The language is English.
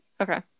okay